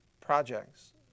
projects